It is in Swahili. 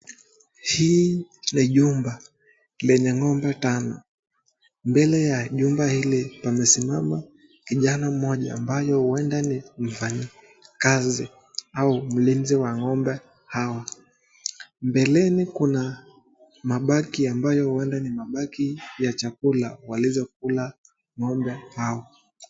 Hii ni jumba lenye ng'ombe tano, mbele ya nyumba hili pamesimama kijana mmoja ambayo huenda ni mfanyikazi au mlinzi wa ng'ombe hawa. Mbeleni kuna mabaki ambayo huenda ni mabaki ya chakula walizokula ng'ombe hao.